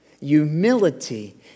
humility